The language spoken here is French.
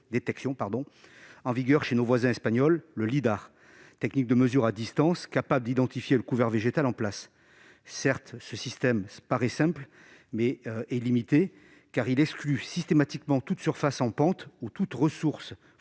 en vigueur chez nos voisins espagnols et dénommé le Lidar. Il s'agit d'une technique de mesure à distance capable d'identifier le couvert végétal en place. Certes, ce système paraît simple, mais son utilisation est limitée, car il exclut systématiquement toute surface en pente ou toute ressource